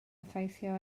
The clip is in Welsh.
effeithio